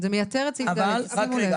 זה מייתר את סעיף קטן (ד), שימו לב.